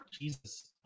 Jesus